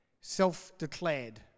self-declared